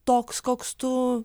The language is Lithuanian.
toks koks tu